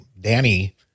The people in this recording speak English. danny